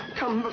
come